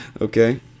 Okay